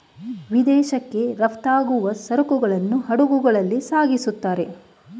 ವಿದೇಶಕ್ಕೆ ರಫ್ತಾಗುವ ಸರಕುಗಳನ್ನು ಹಡಗುಗಳಲ್ಲಿ ಸಾಗಿಸುತ್ತಾರೆ